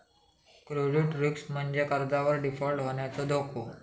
credit risk म्हणजे कर्जावर default होण्याचो धोका